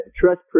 Trust